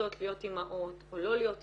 רוצות להיות אמהות או לא להיות אמהות,